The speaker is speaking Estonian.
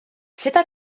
seda